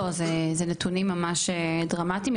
לא, זה נתונים ממש דרמטיים.